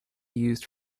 used